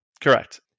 Correct